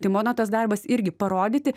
tai mano tas darbas irgi parodyti